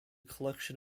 collection